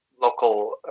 local